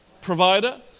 provider